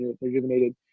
rejuvenated